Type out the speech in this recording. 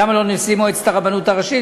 למה לא נשיא מועצת הרבנות הראשית?